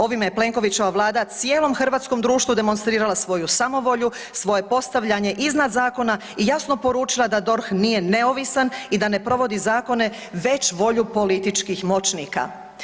Ovime je Plenkovićeva Vlada cijelom hrvatskom društvu demonstrirala svoju samovolju, svoje postavljanje iznad zakona i jasno poručila da DORH nije neovisan i da ne provodi zakone već volju političkih moćnika.